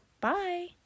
Bye